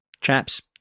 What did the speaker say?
Chaps